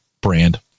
brand